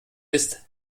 ist